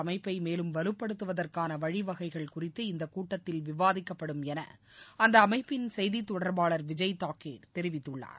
அமைப்பை மேலும் வலுப்படுத்துவதற்கான வழிவகைகள் குறித்து இந்தக் கூட்டத்தில் விவாதிக்கப்படும் என அந்த அமைப்பின் செய்தித் தொடர்பாளர் விஜய் தாகேள் தெரிவித்துள்ளார்